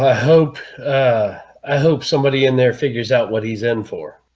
ah hope i hope somebody in there figures out what he's in for